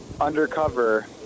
undercover